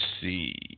see